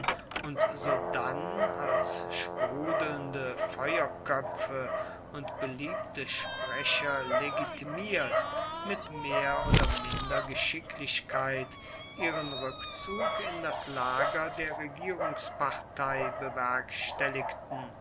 und sodann als sprudelnde feuerköpfe und beliebte sprecher legitimiert mit mehr oder minder geschicklichkeit ihren rückzug in das lager der regierungspartei bewerkstelligten